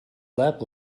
lab